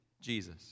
Jesus